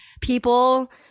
people